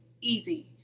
easy